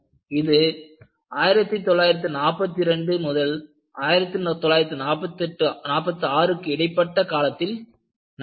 இது 1942 1946க்கு இடைப்பட்ட காலத்தில் நடந்தது